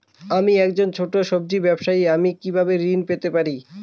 আমি একজন ছোট সব্জি ব্যবসায়ী আমি কিভাবে ঋণ পেতে পারি?